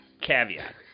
Caveat